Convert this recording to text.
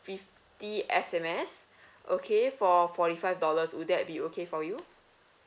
fifty S_M_S okay for forty five dollars would that be okay for you